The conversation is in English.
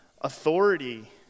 authority